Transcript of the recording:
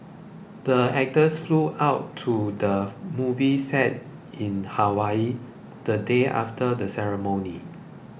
the actors flew out to the movie set in Hawaii the day after the ceremony